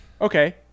okay